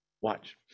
Watch